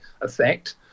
effect